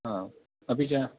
हा अपि च